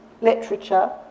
literature